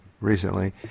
recently